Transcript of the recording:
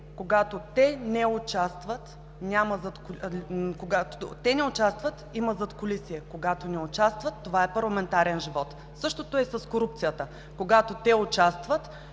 когато те участват, има задкулисие, когато не участват, това е парламентарен живот. Същото е и с корупцията – когато те участват,